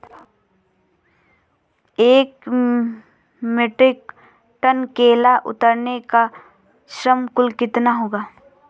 एक metric tonne केला उतारने का श्रम शुल्क कितना होगा?